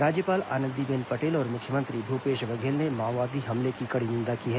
राज्यपाल आनंदीबेन पटेल और मुख्यमंत्री भूपेश बघेल ने माओवादी हमले की कड़ी निंदा की है